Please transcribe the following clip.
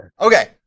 Okay